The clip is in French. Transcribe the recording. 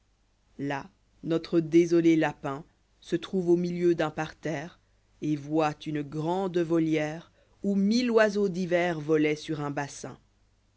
lâ notre désolé lapin se trouve au milieu d'un parterre et voit une grande volière où mille oiseaux divers voloient sur un bassin